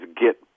get